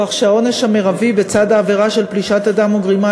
כך שהעונש המרבי בצד העבירה של פלישת אדם או גרימה